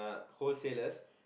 whole sellers